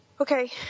Okay